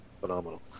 phenomenal